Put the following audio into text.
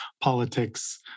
politics